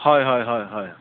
হয় হয় হয় হয়